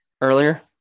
Earlier